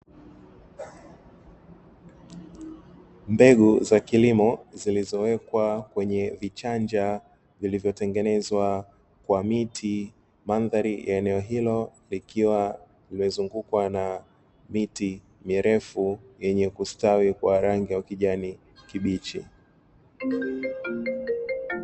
Mbegu za kilimo zilizowekwa kwenye vichanja, vilivyotengenezwa kwa miti, mandhari ya eneo hilo likiwa limezungukwa na miti mirefu yenye kustawi kwa rangi ya kijani kibichi.